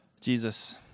Jesus